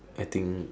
I think